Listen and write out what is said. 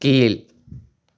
கீழ்